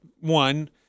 one